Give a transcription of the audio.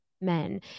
men